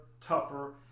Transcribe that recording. tougher